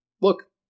look